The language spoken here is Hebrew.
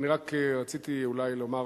רק רציתי אולי לומר